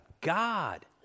God